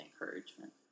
encouragement